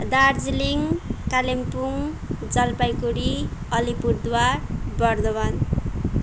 Darjeeling Kalimpong Jalpaiguri Alipurduar Bardhaman